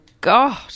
God